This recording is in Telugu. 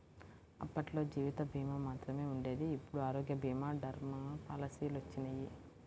అప్పట్లో జీవిత భీమా మాత్రమే ఉండేది ఇప్పుడు ఆరోగ్య భీమా, టర్మ్ పాలసీలొచ్చినియ్యి